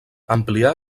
amplià